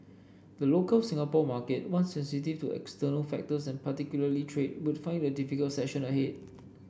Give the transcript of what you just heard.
the local Singapore market one sensitive to external factors and particularly trade would find it a difficult session ahead